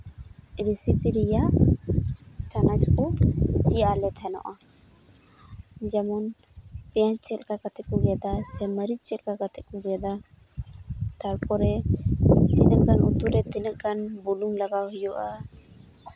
recipe ᱨᱮᱭᱟᱜ ᱪᱟᱱᱟᱪ ᱠᱚ ᱪᱤᱭᱟᱹᱣᱟᱜ ᱞᱮ ᱛᱟᱦᱮᱱᱟ ᱡᱮᱢᱚᱱ ᱯᱮᱸᱭᱟᱡᱽ ᱪᱮᱫ ᱞᱮᱠᱟ ᱠᱟᱛᱮᱫ ᱠᱚ ᱜᱮᱫᱟ ᱢᱟᱹᱨᱤᱪ ᱪᱮᱫ ᱞᱮᱠᱟ ᱠᱟᱛᱮᱫ ᱠᱚ ᱜᱮᱫᱟ ᱛᱟᱨᱯᱚᱨᱮ ᱛᱤᱱᱟᱹᱜ ᱜᱟᱱ ᱩᱛᱩᱨᱮ ᱛᱤᱱᱟᱹᱜ ᱵᱩᱞᱩᱝ ᱞᱟᱜᱟᱣ ᱦᱩᱭᱩᱜᱼᱟ